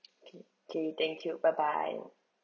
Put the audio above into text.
okay okay thank you bye bye